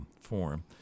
form